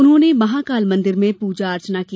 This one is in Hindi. उन्होंने महाकाल मंदिर में पूजा अर्चना की